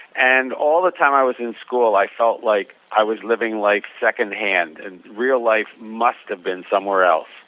and all the time i was in school i felt like i was living like second hand and real life must have been somewhere else.